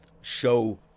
show